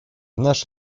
наш